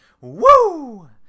Woo